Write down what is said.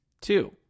two